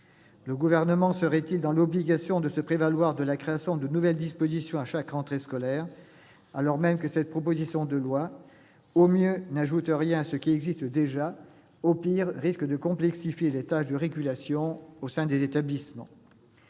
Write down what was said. Le Gouvernement serait-il dans l'obligation de se prévaloir de l'instauration de nouvelles dispositions à chaque rentrée scolaire ? Cette proposition de loi, au mieux, n'ajoute rien à l'existant ; au pire, elle risque de complexifier les tâches de régulation au sein des établissements.